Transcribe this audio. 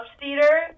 theater